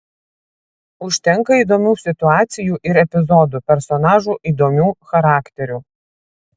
užtenka įdomių situacijų ir epizodų personažų įdomių charakterių